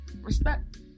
Respect